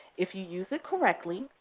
if you use it correctly,